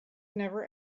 never